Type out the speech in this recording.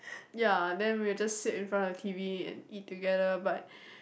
ya then we'll just sit in front of the T_V and eat together but